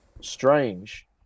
strange